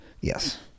yes